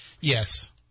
yes